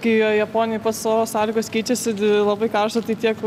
kai jo japonijoj oro sąlygos keičiasi labai karšta tai tiek